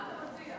אז מה אתה מציע?